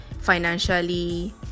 financially